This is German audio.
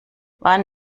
wann